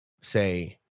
say